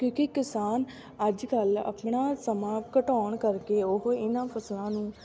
ਕਿਉਂਕਿ ਕਿਸਾਨ ਅੱਜ ਕੱਲ੍ਹ ਆਪਣਾ ਸਮਾਂ ਘਟਾਉਣ ਕਰਕੇ ਉਹ ਇਹਨਾਂ ਫਸਲਾਂ ਨੂੰ